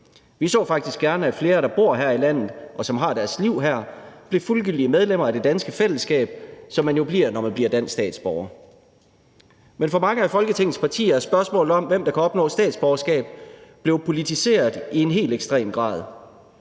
Vi så faktisk gerne, at flere, der bor her i landet, og som har deres liv her, blev fuldgyldige medlemmer af det danske fællesskab, som man jo bliver, når man bliver dansk statsborger. Men for mange af Folketingets partier er spørgsmålet om, hvem der kan opnå statsborgerskab, blevet politiseret i en helt ekstrem grad.